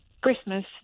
Christmas